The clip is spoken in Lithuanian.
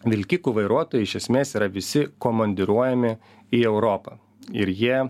vilkikų vairuotojai iš esmės yra visi komandiruojami į europą ir jie